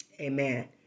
Amen